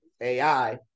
AI